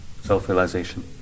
self-realization